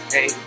Hey